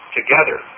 together